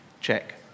check